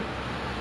mm